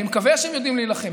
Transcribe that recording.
אני מקווה שהם יודעים להילחם,